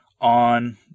on